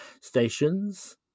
stations